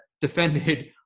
defended